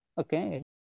okay